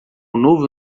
novo